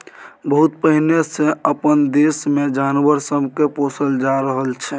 बहुत पहिने सँ अपना देश मे जानवर सब के पोसल जा रहल छै